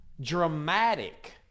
dramatic